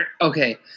Okay